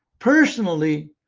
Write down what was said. personally,